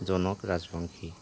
জনক ৰাজবংশী